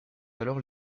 alors